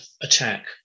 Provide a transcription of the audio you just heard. attack